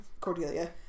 Cordelia